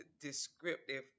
descriptive